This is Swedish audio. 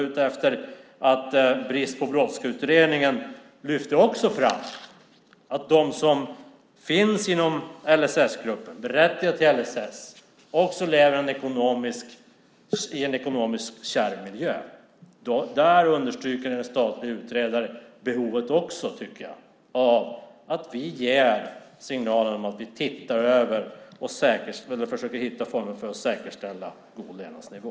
Utredningen Brist på brådska lyfter också fram att de som är berättigade till stöd enligt LSS lever i en ekonomiskt kärv miljö. Där understryker en statlig utredare behovet av att vi ger signalen att vi tittar över detta och försöker hitta former för att säkerställa en god levnadsnivå.